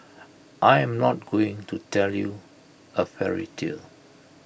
I am not going to tell you A fairy tale